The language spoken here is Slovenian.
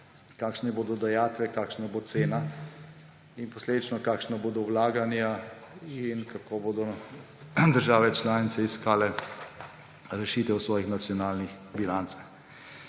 kakšne bodo dajatve, kakšna bo cena in posledično kakšna bodo vlaganja in kako bodo države članice iskale rešitev v svojih nacionalnih bilancah.